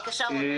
בבקשה רונן.